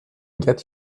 get